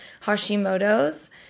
Hashimoto's